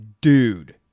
dude